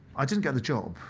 i didn't get the job,